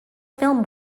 film